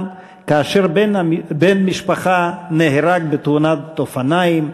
כאשר בן משפחה נהרג בתאונת אופניים,